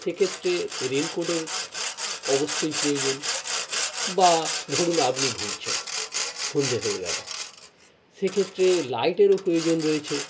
সেক্ষেত্রে রেনকোটের অবশ্যই প্রয়োজন বা ধরুন আপনি ঘুরছেন সন্ধে হয়ে গেলো সেক্ষেত্রে লাইটেরও প্রয়োজন রয়েছে